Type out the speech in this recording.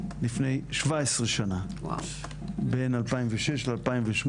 לפני 17 שנה, בין 2006 ל-2008.